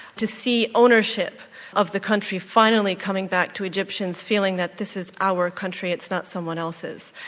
to see ownership of the country finally coming back to egyptians, feeling that this is our country, it's not someone else's.